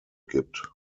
gibt